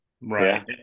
right